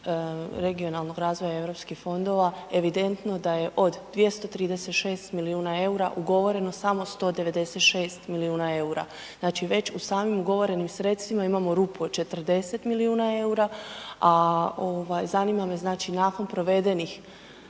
regionalnog razvoja i Europskih fondova evidentno da je od 236 milijuna EUR-a ugovoreno samo 196 milijuna EUR-a. Znači već u samim ugovorenim sredstvima imamo rupu od 40 milijuna EUR-a, a ovaj, zanima me znači, nakon provedenih